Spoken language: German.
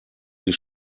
die